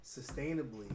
sustainably